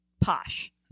posh